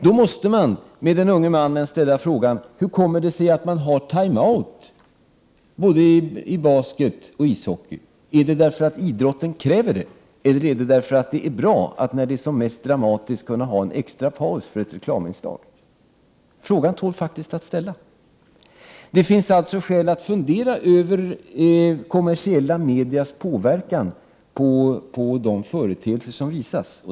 Då måste man med den unge mannen ställa frågan: Hur kommer det sig att man har time out både i basket och i ishockey? Är det därför att idrotten kräver detta, eller är det därför att det är bra att när det är som mest dramatiskt kunna ha en extra paus för ett reklaminslag? Frågan tål faktiskt att ställas. Det finns alltså skäl att fundera över kommersiella medias inverkan på de företeelser som visas.